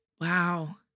Wow